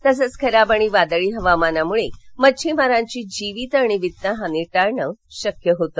तसंच खराब आणि वादळी हवामानामुळे मच्छीमारांची जीवित आणि वित्त हानी टाळणं शक्य होतं